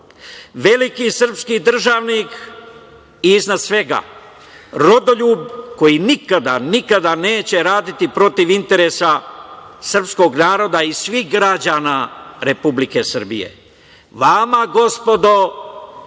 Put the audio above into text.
veliki srpski državnik i iznad svega rodoljub koji nikada, nikada neće raditi protiv interesa srpskog naroda i svih građana Republike Srbije. Vama gospodo